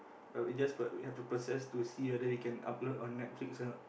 but we just per have to process to see whether we can upload on Netflix or not